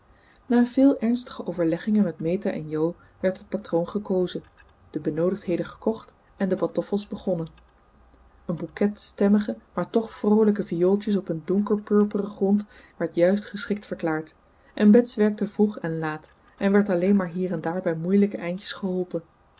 na veel ernstige overleggingen met meta en jo werd het patroon gekozen de benoodigdheden gekocht en de pantoffels begonnen een bouquet stemmige maar toch vroolijke viooltjes op een donkerpurperen grond werd juist geschikt verklaard en bets werkte vroeg en laat en werd alleen maar hier en daar bij moeilijke eindjes geholpen